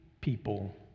people